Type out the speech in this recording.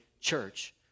church